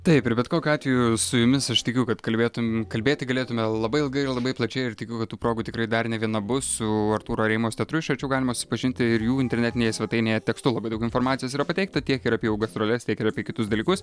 taip ir bet kokiu atveju su jumis aš tikiu kad kalbėtum kalbėti galėtume labai ilgai ir labai plačiai ir tikiu kad tų progų tikrai dar ne viena bus su artūro areimos teatru iš arčiau galima susipažinti ir jų internetinėje svetainėje tekstu labai daug informacijos yra pateikta tiek ir apie jų gastroles tiek ir apie kitus dalykus